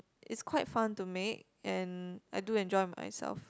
it's quite fun to make and I do enjoy myself